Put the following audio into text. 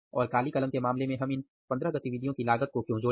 और काली कलम के मामले में हम इन 15 गतिविधियों की लागत को क्यों जोड़े